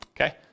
Okay